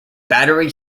battery